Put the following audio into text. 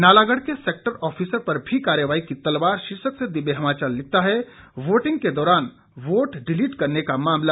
नालागढ़ के sector officer पर भी कार्रवाई की तलवार शीर्षक से दिव्य हिमाचल लिखता है वोटिंग के दौरान वोट डिलीट करने का मामला